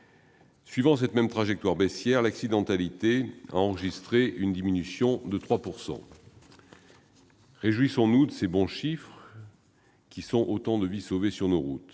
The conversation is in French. Suivant la même trajectoire baissière, l'accidentalité a enregistré une diminution de 3 %. Réjouissons-nous, à travers ces bons chiffres, de toutes les vies sauvées sur nos routes.